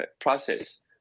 process